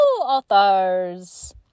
authors